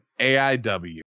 aiw